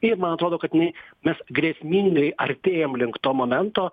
ir man atrodo kad jinai mes grėsmingai artėjam link to momento